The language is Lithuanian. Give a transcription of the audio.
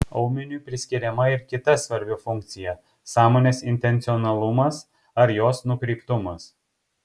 aumeniui priskiriama ir kita svarbi funkcija sąmonės intencionalumas ar jos nukreiptumas